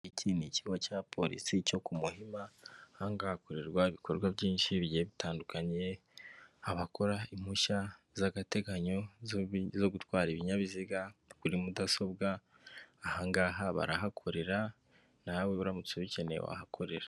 Iki ni ikigo cya polisi cyo ku Muhima, aha ngaha hakorerwa ibikorwa byinshi bigiye bitandukanyeye, abakora impushya z'agateganyo zo gutwara ibinyabiziga kuri mudasobwa, aha ngaha barahakorera nawe uramutse ubikeneye wahakorera.